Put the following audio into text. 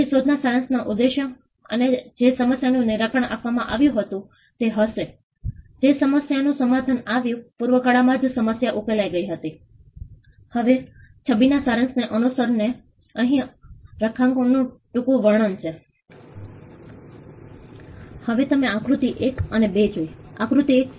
અને ડાબી બાજુ તમે સફળ અમલીકરણ મ્યુચ્યુઅલ ટ્રસ્ટ માલિકી સંઘર્ષનું નિરાકરણ આત્મનિર્ભરતા જોઈ શકો છો આ પરિણામ માપદંડ હોવો જોઈએ અને જમણી બાજુ તમે જે સંદર્ભો અમે આપી રહ્યા છે તે જોઈ શકશો